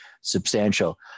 substantial